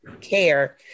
care